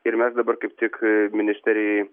ir mes dabar kaip tik ministerijoj